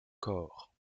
corre